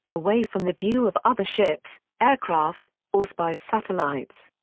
away from the view of other ships, aircraft, or spy satellites.